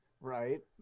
Right